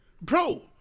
bro